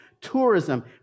tourism